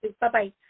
Bye-bye